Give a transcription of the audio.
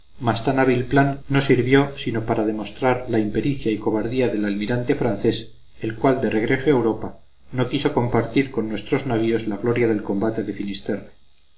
hábil plan no sirvió sino para demostrar la impericia y cobardía del almirante francés el cual de regreso a europa no quiso compartir con nuestros navíos la gloria del combate de